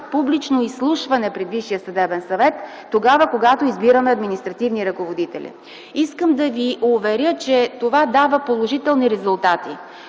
публично изслушване пред Висшия съдебен съвет, когато избираме административни ръководители. Искам да ви уверя, че това дава положителни резултати.